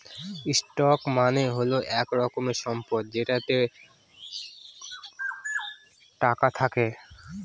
stock মানে হল এক রকমের সম্পদ যেটাতে টাকা থাকে